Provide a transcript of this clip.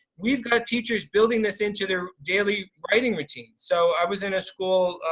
we've got teachers building this into their daily writing routine. so i was in a school